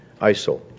ISIL